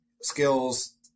skills